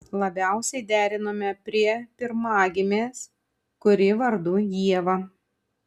labiausiai derinome prie pirmagimės kuri vardu ieva